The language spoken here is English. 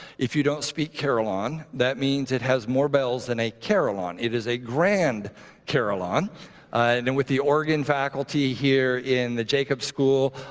if you don't speak carillon, that means it has more bells than a carillon it is a grand carillon. and and with the organ faculty here in the jacob school,